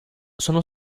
sono